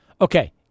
okay